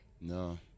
No